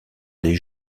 des